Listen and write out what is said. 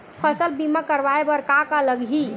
फसल बीमा करवाय बर का का लगही?